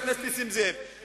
יש טרור.